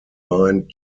mind